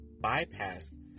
bypass